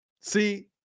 See